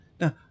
Now